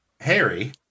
Harry